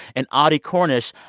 and audie cornish,